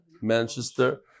manchester